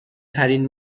ترین